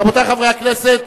רבותי חברי הכנסת,